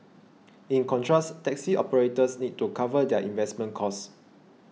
in contrast taxi operators need to cover their investment costs